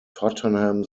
tottenham